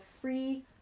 free